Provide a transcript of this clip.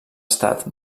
estat